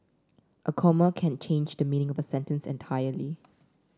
a comma can change the meaning of a sentence entirely